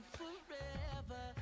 forever